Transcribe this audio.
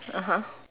(uh huh)